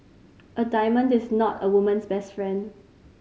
a diamond is not a woman's best friend